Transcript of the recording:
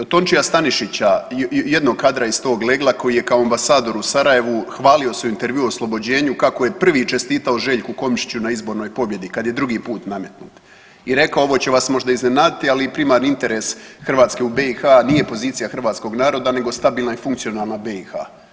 Od Tončija Stanišića, jednog kadra iz tog legla koji je kao ambasador u Sarajevu hvalio se u intervjuu u „Oslobođenju“ kako je prvi čestitao Željku Komšiću na izbornoj pobjedi kad je drugi put nametnut i rekao ovo će vas možda iznenaditi, ali primarni interes Hrvatske u BiH nije pozicija hrvatskog naroda nego stabilna i funkcionalna BiH.